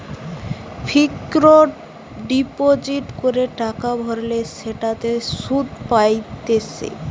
fixed deposit করে টাকা ভরলে সেটাতে সুধ পাইতেছে